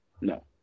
No